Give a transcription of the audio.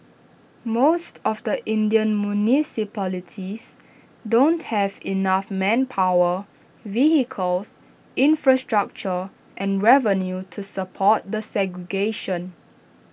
most of the Indian municipalities don't have enough manpower vehicles infrastructure and revenue to support the segregation